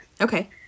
Okay